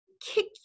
kick